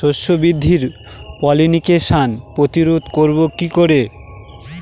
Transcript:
শস্য বৃদ্ধির পলিনেশান প্রতিরোধ করব কি করে?